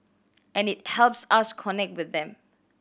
and it helps us connect with them